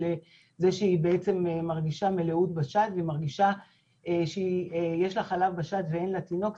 שהיא בעצם מרגישה מלאות בשד והיא מרגישה שיש לה חלב בשד ואין לה תינוק.